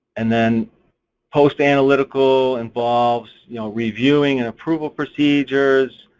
and then post analytical involves you know reviewing and approval procedures,